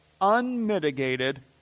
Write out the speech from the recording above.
unmitigated